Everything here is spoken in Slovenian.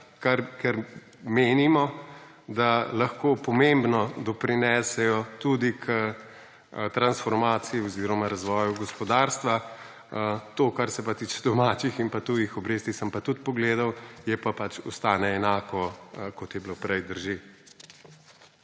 ker menimo, da lahko pomembno doprinesejo tudi k transformaciji oziroma razvoju gospodarstva. To, kar se tiče domačih in tujih obresti, sem pa tudi pogledal, ostane enako, kot je bilo prej, drži.